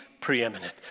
preeminent